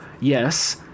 Yes